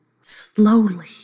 Slowly